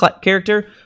character